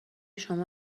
شما